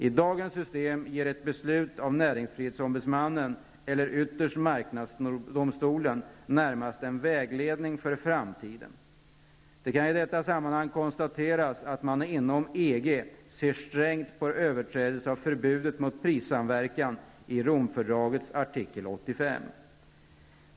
I dagens system ger ett beslut av NO eller ytterst marknadsdomstolen närmast en vägledning för framtiden. Det kan i detta sammanhang konstateras att man inom EG ser strängt på överträdelser av förbudet mot prissamverkan i Romfördragets artikel 85.